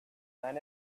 man